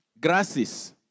Gracias